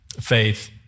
faith